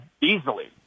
easily